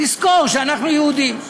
לזכור שאנחנו יהודים,